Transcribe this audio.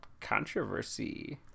controversy